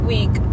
Week